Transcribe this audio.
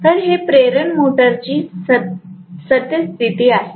तर हे प्रेरण मोटरची सद्यस्थिती आहे